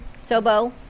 sobo